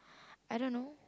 I don't know